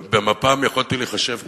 במפ"ם יכולתי להיחשב כילד,